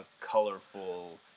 colorful